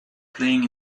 playing